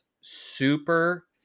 super